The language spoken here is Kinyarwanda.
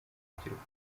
rubyiruko